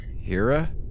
Hira